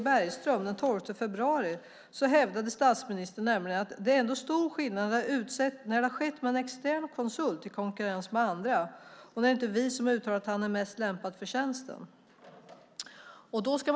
Bergström den 12 februari hävdade att "det är ändå en stor skillnad när det har skett med en extern konsult i konkurrens med andra och där det inte är vi som har uttalat att han är mest lämpad för tjänsten". Herr talman!